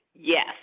Yes